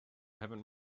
haven’t